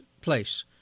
place